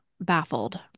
baffled